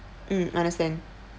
mm understand